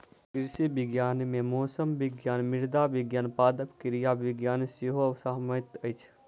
कृषि विज्ञान मे मौसम विज्ञान, मृदा विज्ञान, पादप क्रिया विज्ञान सेहो समाहित अछि